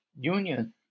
union